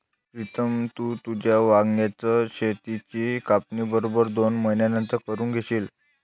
प्रीतम, तू तुझ्या वांग्याच शेताची कापणी बरोबर दोन महिन्यांनंतर करून घेशील